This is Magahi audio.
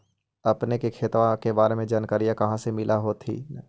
अपने के खेतबा के बारे मे जनकरीया कही से मिल होथिं न?